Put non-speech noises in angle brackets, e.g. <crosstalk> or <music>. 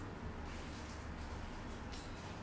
<noise> ya